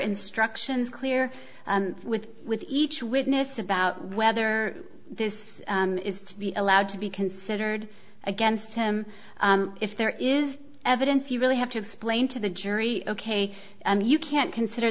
instructions clear with with each witness about whether this is to be allowed to be considered against him if there is evidence you really have to explain to the jury ok you can't consider